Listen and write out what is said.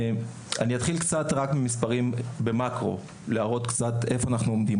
אתחיל במאקרו כדי להראות איפה אנחנו עומדים.